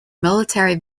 military